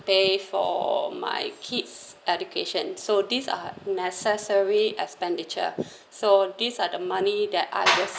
pay for my kids education so these are necessary expenditure so these are the money that I just